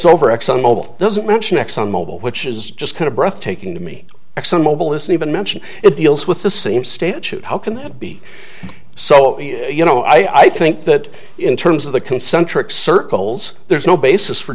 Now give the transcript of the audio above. over exxon mobil doesn't mention exxon mobil which is just kind of breathtaking to me exxon mobil isn't even mentioned it deals with the same state shoot how can that be so you know i think that in terms of the concentric circles there's no basis for